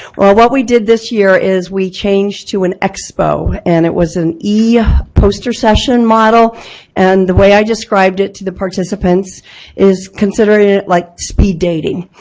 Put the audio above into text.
what we did this year is we changed to an expo and it was an yeah e-poster session model and the way i described it to the participants is considering it like speed dating.